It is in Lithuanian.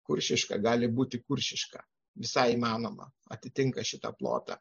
kuršiška gali būti kuršiška visai įmanoma atitinka šitą plotą